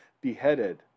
beheaded